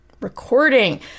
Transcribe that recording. recording